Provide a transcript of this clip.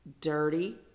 dirty